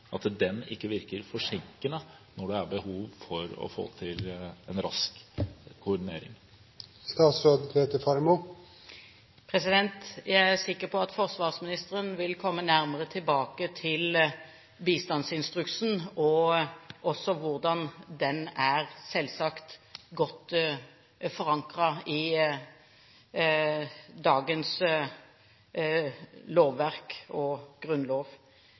at den ikke virker forsinkende når det er behov for å få til en rask koordinering? Jeg er sikker på at forsvarsministeren vil komme nærmere tilbake til bistandsinstruksen og hvordan den selvsagt er forankret i dagens lovverk og